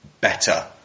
better